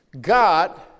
God